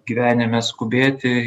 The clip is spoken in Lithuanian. gyvenime skubėti